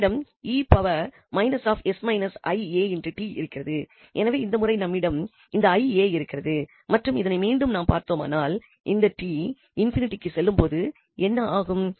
நம்மிடம் 𝑒−𝑠−𝑖𝑎𝑡 இருக்கிறது எனவே இந்த முறை நம்மிடம் இந்த 𝑖𝑎 இருக்கிறது மற்றும் இதனை மீண்டும் நாம் பார்த்தோமானால் இந்த 𝑡 ∞ க்கு செல்லும் போது என்ன ஆகும்